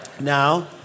Now